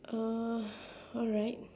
uh alright